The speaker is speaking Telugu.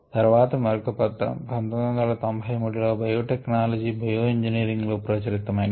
తర్వాత మరొక పత్రం 1993 లో బయో టెక్నలాజి బయో ఇంజినీరింగ్ లో ప్రచురిత మయినది